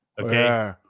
Okay